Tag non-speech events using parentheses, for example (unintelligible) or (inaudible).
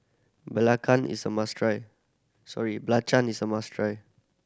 belacan is a must try sorry (unintelligible) is a must try